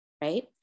right